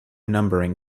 numbering